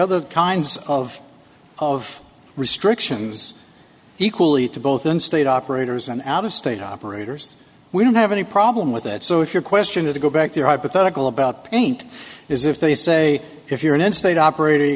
other kinds of of restrictions equally to both in state operators and out of state operators we don't have any problem with that so if your question to go back to your hypothetical about paint is if they say if you're an in state operat